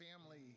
family